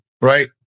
right